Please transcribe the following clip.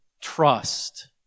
trust